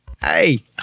Hey